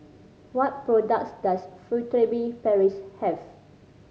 what products does Furtere Paris have